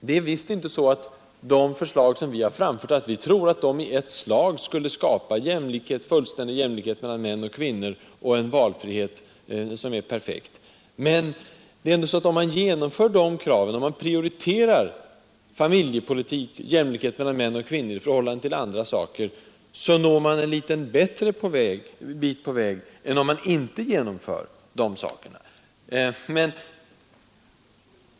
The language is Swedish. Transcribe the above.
Vi tror visst inte att de förslag som vi har framfört i ett slag skulle skapa fullständig jämlikhet mellan män och kvinnor, och en valfrihet som är perfekt. Men om man genomför dessa krav och prioriterar familjepolitik och jämlikhet mellan män och kvinnor i förhållande till andra saker, når man en liten bit längre på väg än om man inte genomför dessa saker.